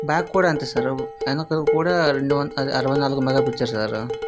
back కూడా అంతే sir వెనుకల కూడా రెండు వం అదే అరవై నాలుగు మెగాపిక్సెల్ సార్